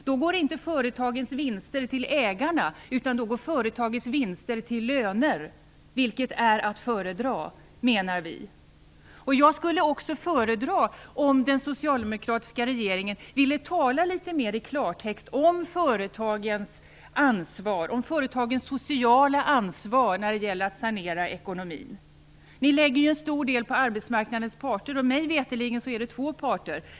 Då går inte företagets vinster till ägarna utan till löner, något som vi menar är att föredra. Jag skulle också föredra att den socialdemokratiska regeringen ville tala litet mer i klartext om företagens sociala ansvar när det gäller att sanera ekonomin. Ni lägger ju ett stor del på arbetsmarknadens parter, och mig veterligt är det två parter.